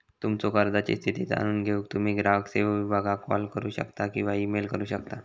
तुमच्यो कर्जाची स्थिती जाणून घेऊक तुम्ही ग्राहक सेवो विभागाक कॉल करू शकता किंवा ईमेल करू शकता